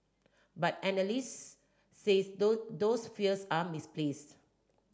but analyst says those those fears are misplaced